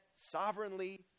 sovereignly